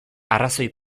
arrazoi